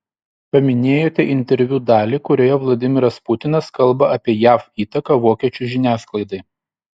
paminėjote interviu dalį kurioje vladimiras putinas kalba apie jav įtaką vokiečių žiniasklaidai